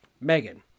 Megan